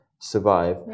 survive